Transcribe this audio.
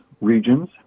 regions